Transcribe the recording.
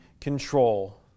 control